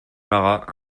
marat